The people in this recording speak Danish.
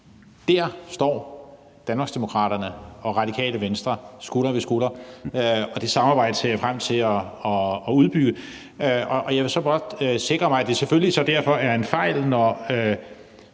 Der står Danmarksdemokraterne og Radikale Venstre skulder ved skulder, og det samarbejde ser jeg frem til at udbygge. Jeg vil så godt sikre mig, at det selvfølgelig derfor er en fejl,